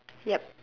yup